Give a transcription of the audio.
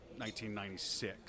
1996